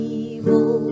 evil